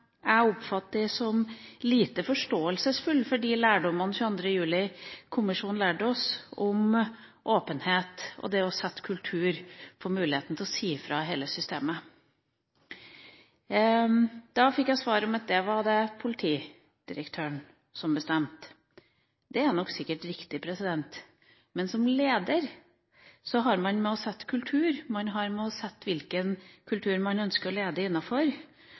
Jeg oppfatter instruksjonene som lite preget av forståelse for de lærdommene 22. juli-kommisjonen ga oss, om åpenhet og det å sette en kultur som gir mulighet til å si fra i hele systemet. Da fikk jeg svar om at det var det politidirektøren som bestemte. Det er nok sikkert riktig, men som leder skal man sette kultur – hvilken kultur man ønsker å lede